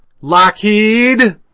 Lockheed